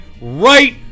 right